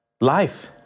Life